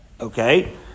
Okay